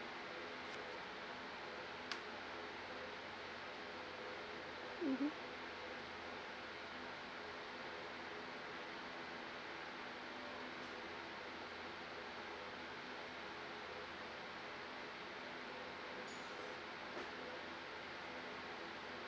mmhmm